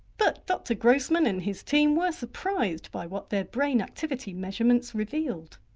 but dr grossman and his team were surprised by what their brain activity measurements revealed.